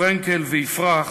פרנקל ויפרח,